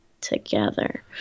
together